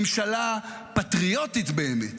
ממשלה פטריוטית באמת